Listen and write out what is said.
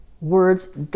words